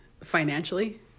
financially